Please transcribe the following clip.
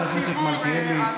חבר הכנסת מלכיאלי,